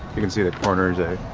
you can see the corners, i